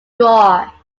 draw